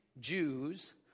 Jews